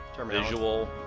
visual